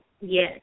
yes